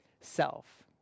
self